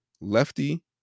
lefty